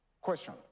Question